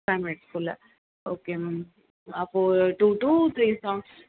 plan பண்ணிவிட்டு சொல்ல okay ma'am அப்போது டூ டு த்ரீ சாங்ஸ்